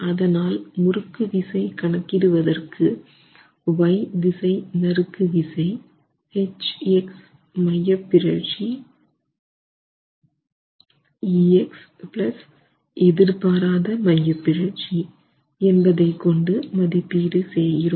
அதனால் முறுக்கு விசை கணக்கிடுவதற்கு y திசை நறுக்கு விசை H x மையப்பிறழ்ச்சி e x எதிர்பாராத மையப்பிறழ்ச்சி என்பதை கொண்டு மதிப்பீடு செய்கிறோம்